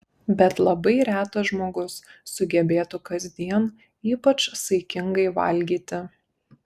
bet labai retas žmogus sugebėtų kasdien ypač saikingai valgyti